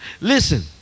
listen